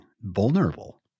vulnerable